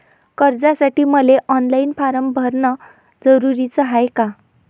कर्जासाठी मले online form भरन जरुरीच हाय का?